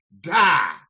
die